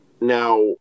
Now